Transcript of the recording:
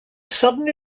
suddenly